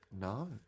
No